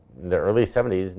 the early seventy s,